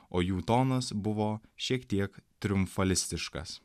o jų tonas buvo šiek tiek triumfalistiškas